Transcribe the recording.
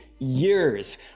years